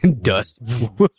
Dust